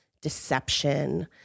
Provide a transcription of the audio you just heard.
deception